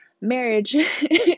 marriage